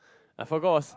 I forgot what's